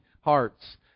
hearts